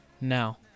Now